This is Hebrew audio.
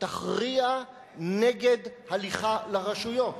תכריע נגד הליכה לרשויות.